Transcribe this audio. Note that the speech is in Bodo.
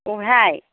अबेहाय